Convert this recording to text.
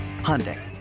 Hyundai